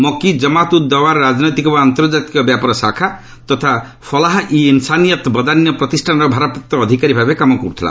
ମକ୍କି ଜମାତ୍ ଉଦ୍ ଦୱାର ରାଜନୈତିକ ଏବଂ ଆନ୍ତର୍କାତିକ ବ୍ୟାପାର ଶାଖା ତଥା ଫଲାହ ଇ ଇନ୍ସାନିୟତ୍ ବଦାନ୍ୟ ପ୍ରତିଷାନର ଭାରପ୍ରାପ୍ତ ଅଧିକାରୀ ଭାବେ କାମ କରୁଥିଲା